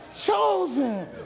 Chosen